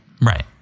Right